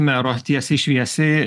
mero tiesiai šviesiai